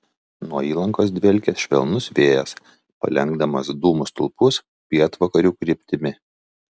nuo įlankos dvelkė švelnus vėjas palenkdamas dūmų stulpus pietvakarių kryptimi